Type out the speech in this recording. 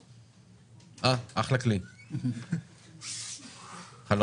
איתי, אתה